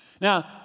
Now